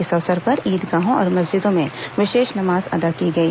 इस अवसर पर ईदगाहों और मस्जिदों में विशेष नमाज अदा की गई